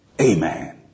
Amen